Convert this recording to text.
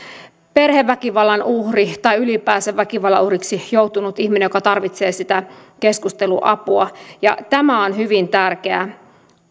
perheväkivallan uhri tai ylipäänsä väkivallan uhriksi joutunut ihminen joka tarvitsee sitä keskusteluapua tämä on hyvin tärkeä